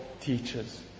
teachers